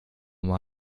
mal